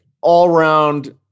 all-round